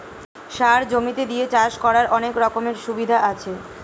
সার জমিতে দিয়ে চাষ করার অনেক রকমের সুবিধা আছে